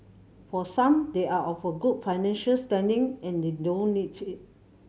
for some they are of a good financial standing and they don't need it